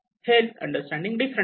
health understanding different आहे